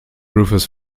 rufus